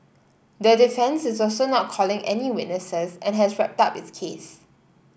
the defence is also not calling any witnesses and has wrapped up its case